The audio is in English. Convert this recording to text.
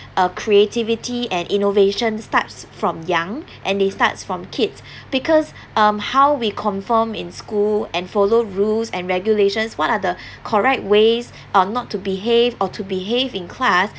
uh creativity and innovation starts from young and they start from kids because um how we confirm in school and follow rules and regulations what are the correct ways or not to behave or to behave in class